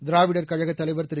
திராவிடர் கழக தலைவர் திரு